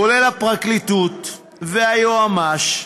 כולל הפרקליטות והיועמ"ש.